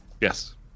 Yes